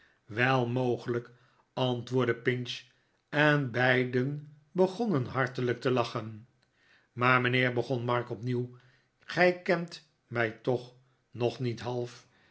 wel mogelijk antwoordde pinch en beiden begonnen hartelijk te lachen maar mijnheer begon mark opnieuw gij kent mij toch nog niet half